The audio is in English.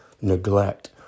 neglect